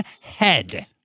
head